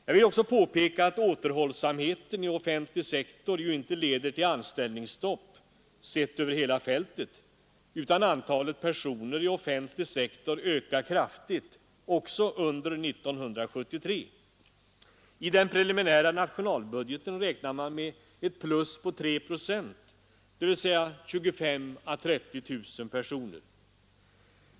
Jag vill också påpeka att återhållsamheten inom den offentliga sektorn ju inte leder till anställningsstopp sett över hela fältet, utan antalet personer inom den offentliga sektorn ökar kraftigt också under 1973. I den preliminära nationalbudgeten räknar man med plus 3 procent, dvs. 25 000—30 000 personer.